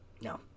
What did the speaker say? No